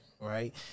right